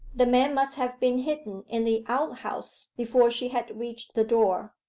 the man must have been hidden in the outhouse before she had reached the door.